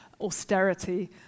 austerity